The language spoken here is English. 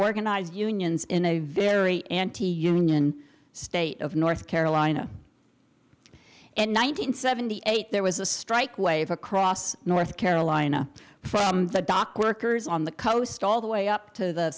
organize unions in a very anti union state of north carolina in one nine hundred seventy eight there was a strike wave across north carolina from the dock workers on the coast all the way up to the